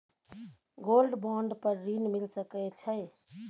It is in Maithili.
गोल्ड बॉन्ड पर ऋण मिल सके छै?